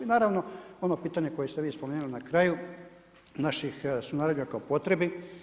I naravno, ono pitanje koje ste vi spomenuli na kraju, naših sunarodnjaka o potrebi.